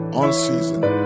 unseasoned